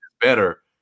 better